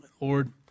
Lord